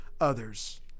others